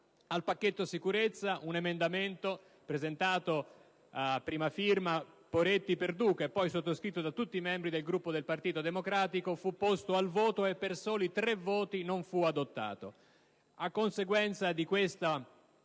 al pacchetto sicurezza, un emendamento presentato, a prima firma dei senatori Poretti e Perduca, e poi sottoscritto da tutti i membri del Gruppo del Partito Democratico, fu posto in votazione, e per soli tre voti non fu provato.